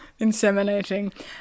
Inseminating